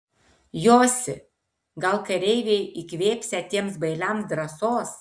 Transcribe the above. josi gal kareiviai įkvėpsią tiems bailiams drąsos